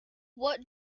what